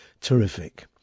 terrific